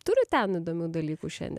turi ten įdomių dalykų šiandien